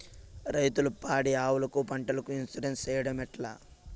రైతులు పాడి ఆవులకు, పంటలకు, ఇన్సూరెన్సు సేయడం ఎట్లా?